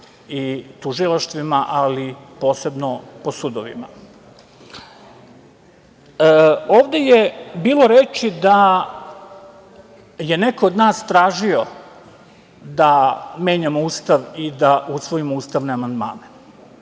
i tužilaštvima, ali posebno po sudovima. Ovde je bilo reči da je neko od nas tražio da menjamo Ustav i da usvojimo ustavne amandmane.